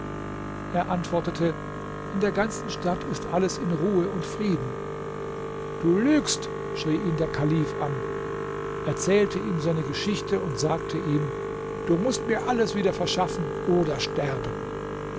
er antwortete in der ganzen stadt ist alles in ruhe und frieden du lügst schrie ihn der kalif an erzählte ihm seine geschichte und sagte ihm du mußt mir alles wieder verschaffen oder sterben